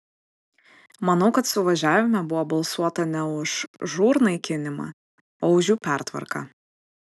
manau kad suvažiavime buvo balsuota ne už žūr naikinimą o už jų pertvarką